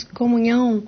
comunhão